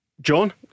John